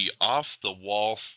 off-the-wall